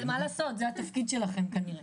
אבל מה לעשות, זה התפקיד שלכם כנראה.